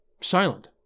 silent